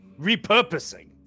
repurposing